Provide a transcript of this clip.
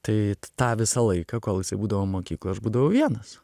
tai tą visą laiką kol jisai būdavo mokykloj aš būdavau vienas